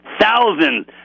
Thousands